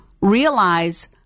realize